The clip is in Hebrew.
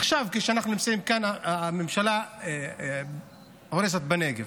עכשיו כשאנחנו נמצאים כאן הממשלה הורסת בנגב.